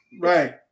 right